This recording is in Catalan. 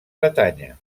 bretanya